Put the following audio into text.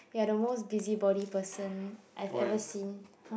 you are the most busybody person I ever seen !huh!